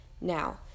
Now